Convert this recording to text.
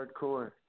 hardcore